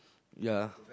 ya